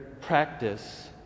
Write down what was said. practice